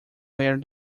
where